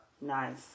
Nice